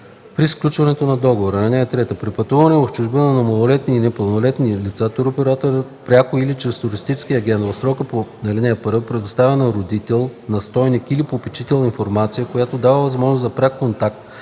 при сключването на договора. (3) При пътуване в чужбина на малолетни или непълнолетни лица туроператорът пряко или чрез туристическия агент в срока по ал. 1 предоставя на родител, настойник или попечител информация, която дава възможност за пряк контакт